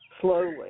Slowly